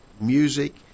music